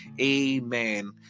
Amen